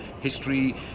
history